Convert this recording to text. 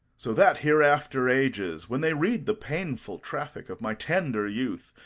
so that hereafter ages, when they read the painful traffic of my tender youth,